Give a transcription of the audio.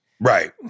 Right